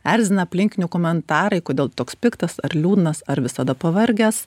erzina aplinkinių komentarai kodėl toks piktas ar liūdnas ar visada pavargęs